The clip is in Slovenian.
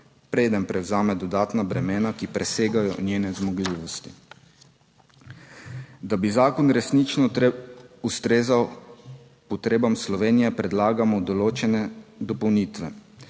preden prevzame dodatna bremena, ki presegajo njene zmogljivosti. Da bi zakon resnično ustrezal potrebam Slovenije, predlagamo določene dopolnitve.